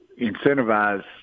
incentivize